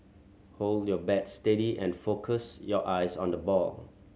hold your bat steady and focus your eyes on the ball